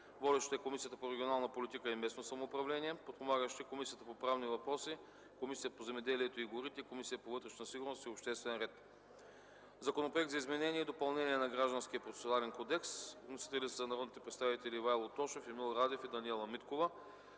Водеща е Комисията по регионална политика и местно самоуправление. Подпомагащи са Комисията по правни въпроси, Комисията по земеделието и горите и Комисията по вътрешна сигурност и обществен ред. - Законопроект за изменение и допълнение на Гражданския процесуален кодекс. Вносители са народните представители Ивайло Тошев, Емил Радев и Даниела Миткова.